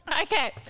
Okay